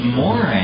more